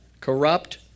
corrupt